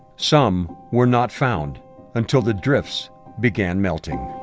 some were not found until the drifts began melting.